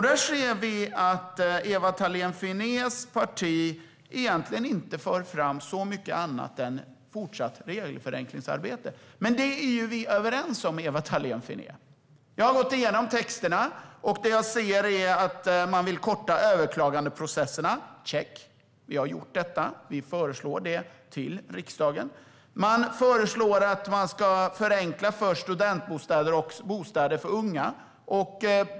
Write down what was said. Där ser vi att Ewa Thalén Finnés parti egentligen inte för fram så mycket annat än fortsatt regelförenklingsarbete. Men det är vi ju överens om, Ewa Thalén Finné. Jag har gått igenom texterna, och det jag ser är att man vill korta ned överklagandeprocesserna. Check - det har vi gjort; vi föreslår det för riksdagen. Man föreslår förenklingar för studentbostäder och bostäder för unga.